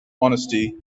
honesty